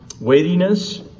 weightiness